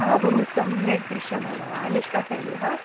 हा बहु सम्यक् दृश्यमाणा निष्कासयामि हा